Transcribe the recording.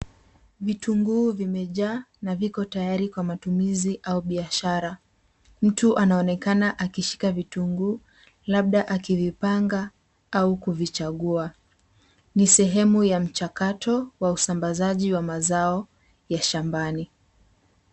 Vitunguu vimejaa na viko tayari kwa matumizi au biashara. Mtu anaonekana akishika vitunguu labda akivipanga au kuvichagua. Ni sehemu ya mchakato wa usambazaji wa mazao ya shambani.